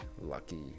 lucky